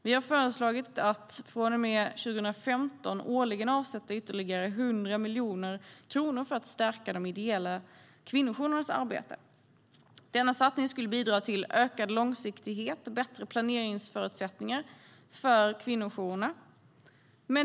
Vi har föreslagit att från och med 2015 årligen avsätta ytterligare 100 miljoner kronor för att stärka de ideella kvinnojourernas arbete. Denna satsning skulle bidra till ökad långsiktighet och bättre planeringsförutsättningar för kvinnojourerna.